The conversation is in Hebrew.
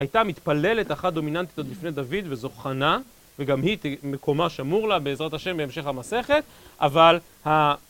הייתה מתפללת אחת דומיננטית עוד לפני דוד וזו חנה וגם היא מקומה שמור לה בעזרת השם בהמשך המסכת אבל